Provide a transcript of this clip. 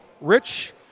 Rich